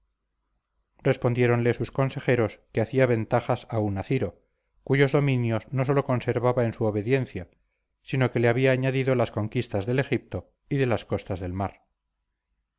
respondiéronle sus consejeros que hacía ventajas aun a ciro cuyos dominios no solo conservaba en su obediencia sino que les había añadido las conquistas del egipto y de las costas del mar